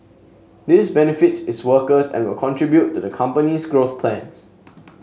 this benefits its workers and will contribute to the company's growth plans